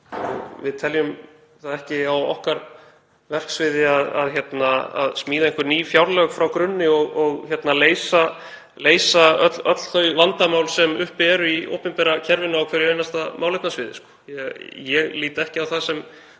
Við teljum það ekki á okkar verksviði að smíða einhver ný fjárlög frá grunni og leysa öll þau vandamál sem uppi eru í opinbera kerfinu á hverju einasta málefnasviði. Ég lít ekki á það sem